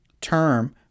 term